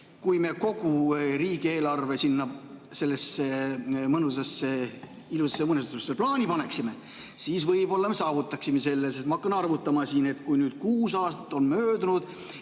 Kui me kogu riigieelarve sinna sellesse mõnusasse ilusasse unistuste plaani paneksime, siis võib-olla me saavutaksime selle. Ma hakkan arvutama siin. Kui kuus aastat on möödunud